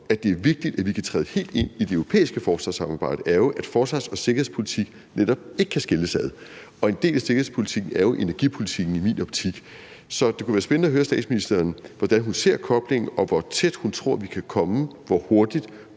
at det er vigtigt, at vi kan træde helt ind i det europæiske forsvarssamarbejde, jo er, at forsvars- og sikkerhedspolitik netop ikke kan skilles ad, og en del af sikkerhedspolitikken er jo i min optik energipolitikken. Så det kunne være spændende at høre statsministeren om, hvordan hun ser koblingen, og hvor tæt hun tror vi kan komme på hurtigt